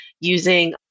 using